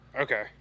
Okay